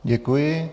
Děkuji.